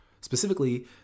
specifically